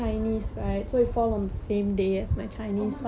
oh my god you take chinese as your third language